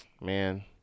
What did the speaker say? man